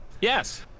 Yes